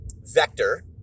vector